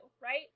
right